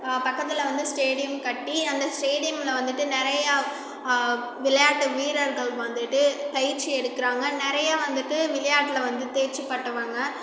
பக்கத்தில் வந்து ஸ்டேடியம் கட்டி அந்த ஸ்டேடியம்ல வந்துட்டு நிறையா விளையாட்டு வீரர்கள் வந்துட்டு பயிற்சி எடுக்கிறாங்க நிறைய வந்துட்டு விளையாட்டில வந்து தேர்ச்சிப்பெற்றவங்க